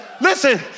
listen